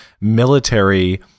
military